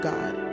God